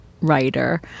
writer